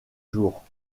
jours